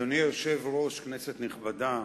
אדוני היושב-ראש, כנסת נכבדה,